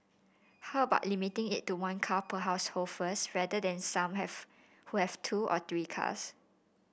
how about limiting it to one car per household first rather than some have who have two or three cars